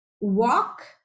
walk